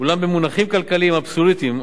אולם במונחים כלכליים אבסולוטיים,